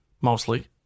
mostly